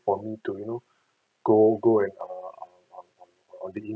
for me to you know go go and err um um um on the